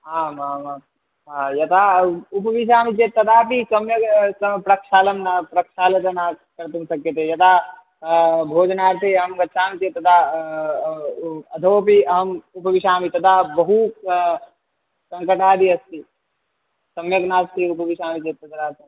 आमामां यदा उपविशामि चेत् तदापि सम्यक् त प्रक्षालनं प्रक्षालनं न कर्तुं शक्यते यदा भोजनार्थे अहं गच्छामि चेत् तदा अधोपि अहम् उपविशामि तदा बहु स् सङ्कटादि अस्ति सम्यक् नास्ति उपविशामि चेत् तत्र